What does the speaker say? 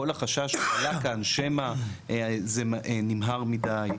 כל החשש שעלה כאן שמא זה נמהר מידי,